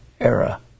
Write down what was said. era